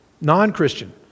Non-Christian